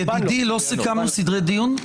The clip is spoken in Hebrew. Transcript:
ידידי, לא סיכמנו סדרי דיון?